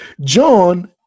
John